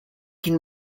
can